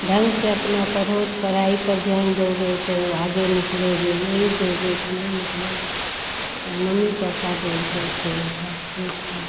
ढंग से अपना पढ़ो पढ़ाई पर ध्यान दोगे तो आगे निकलोगे नहीं दोगे तो नहीं निकलोगे और मम्मी पापा बोलते थे डाँटते थे